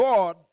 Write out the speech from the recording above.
God